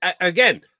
again